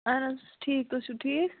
اَہن حظ ٹھیٖک تُہۍ چھُو ٹھیٖک